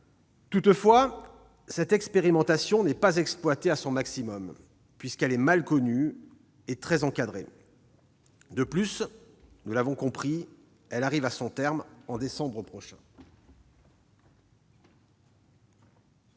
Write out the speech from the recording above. Toutefois, cette expérimentation n'est pas exploitée à son maximum, puisqu'elle est mal connue et très encadrée. De plus, nous l'avons compris, elle arrive à son terme au mois de décembre prochain.